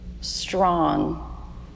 strong